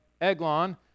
Eglon